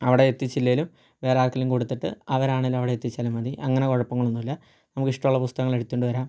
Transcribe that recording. അവിടെ എത്തിച്ചില്ലേലും വേറെ ആർക്കെലും കൊടുത്തിട്ട് അങ്ങനാണേലും അവിടെ എത്തിച്ചാലും മതി അങ്ങനെ കുഴപ്പങ്ങളൊന്നുമില്ല നമുക്കിഷ്ടമുള്ള പുസ്തകങ്ങളെടുത്തു കൊണ്ടു വരാം